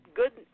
good